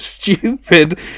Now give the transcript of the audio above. stupid